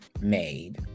made